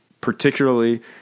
particularly